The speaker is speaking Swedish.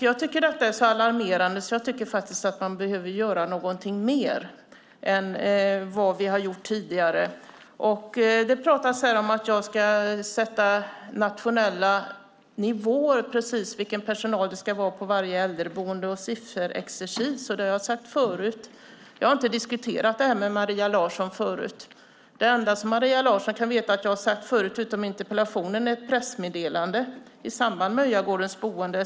Jag tycker att detta är så alarmerande att man behöver göra något mer än vi har gjort tidigare. Det pratas här om att jag skulle vilja sätta nationella nivåer för precis vilken personal det ska vara på varje äldreboende och om sifferexercis. Det har jag bemött. Jag har inte diskuterat det här med Maria Larsson förut. Det enda som hon kan veta att jag har sagt, förutom vad som står i interpellationen, är vad som står i ett pressmeddelande med anledning av det som uppdagades på Öjagårdens boende.